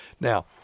Now